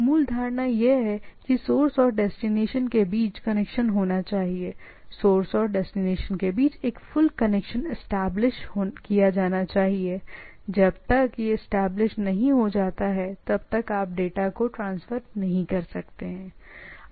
मूल धारणा या बुनियादी शर्त यह है कि सोर्स और डेस्टिनेशन के बीच कनेक्शन होना चाहिए सोर्स और डेस्टिनेशन के बीच एक फुल कनेक्शन एस्टेब्लिश किया जाना चाहिए जब तक यह एस्टेब्लिश नहीं हो जाता है तब तक आप ऐसा नहीं कर सकते